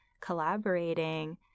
collaborating